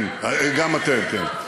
כן, גם אתם.